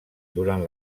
durant